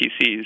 PCs